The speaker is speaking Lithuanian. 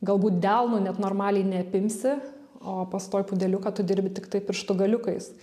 galbūt delnu net normaliai neapimsi o pas toipudeliuką tu dirbi tiktai pirštų galiukais